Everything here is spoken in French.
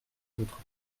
votre